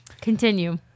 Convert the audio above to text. Continue